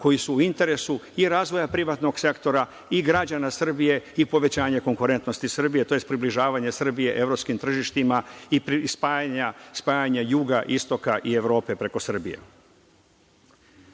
koji su u interesu i razvoja primarnog sektora i građana Srbije i povećanja konkurentnosti Srbije, tj. približavanja Srbije evropskim tržištima i spajanja juga, istoka i Evrope preko Srbije. Reforme